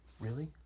really?